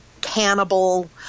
cannibal